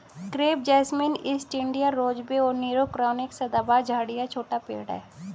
crepe jasmine, east India rosebay और Nero crown एक सदाबहार झाड़ी या छोटा पेड़ है